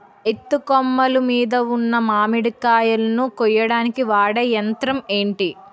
ఎత్తు కొమ్మలు మీద ఉన్న మామిడికాయలును కోయడానికి వాడే యంత్రం ఎంటి?